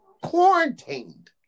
quarantined